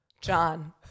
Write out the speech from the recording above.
john